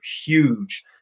huge